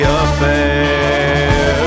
affair